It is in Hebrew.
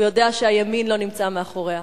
שהוא יודע שהימין לא נמצא מאחוריה.